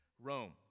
Rome